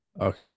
Okay